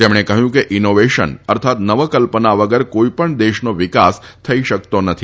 તેમણે કહ્યું કે ઈનોવેશન અર્થાત નવકલ્પના વગર કોઈપણ દેશનો વિકાસ થઈ શકતો નથી